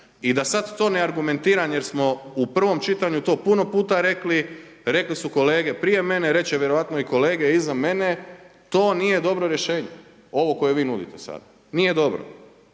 I da sad to ne argumentiram jer smo u prvom čitanju to puno puta rekli, rekli su kolege prije mene, reći će vjerojatno kolege iza mene. To nije dobro rješenje, ovo koje vi nudite sada, nije dobro.